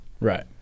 Right